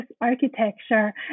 architecture